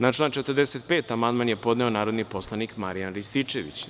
Na član 45. amandman je podneo narodni poslanik Marijan Rističević.